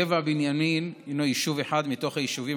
גבע-בנימין הוא יישוב אחד מתוך היישובים